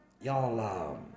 y'all